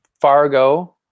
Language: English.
Fargo